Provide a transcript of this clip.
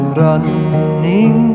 running